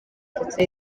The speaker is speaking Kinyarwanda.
ndetse